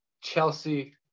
Chelsea